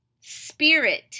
spirit